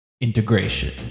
Integration